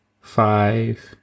five